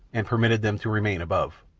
and permitted them to remain above.